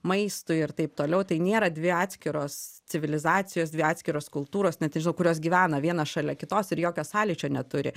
maistui ir taip toliau tai nėra dvi atskiros civilizacijos dvi atskiros kultūros net nežinau kurios gyvena viena šalia kitos ir jokio sąlyčio neturi